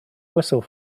whistle